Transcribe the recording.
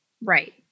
Right